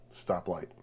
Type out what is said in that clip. Stoplight